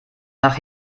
nach